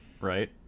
right